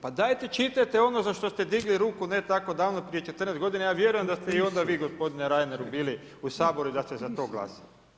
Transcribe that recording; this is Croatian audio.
Pa dajte čitajte ono za što ste digli ruku, ne tako davno prije 14 godina, ja vjerujem da ste i onda vi gospodine Reiner bili u Saboru i da ste za to glasali.